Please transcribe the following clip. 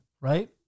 right